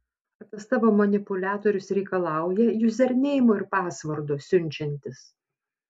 ar tas tavo manipuliatorius reikalauja juzerneimo ir pasvordo siunčiantis